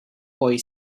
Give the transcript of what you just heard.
boy